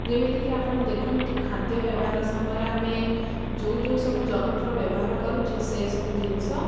ଯେମିତିକି ଆପଣ ଦେଖନ୍ତୁ ଖାଦ୍ୟ ବ୍ୟବହାର ସମୟରେ ଆମେ ଯୋଉ ଯୋଉ ସବୁ ଯନ୍ତ୍ର ବ୍ୟବହାର କରୁଛେ ସେ ସବୁ ଜିନିଷ